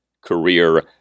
career